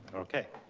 okay.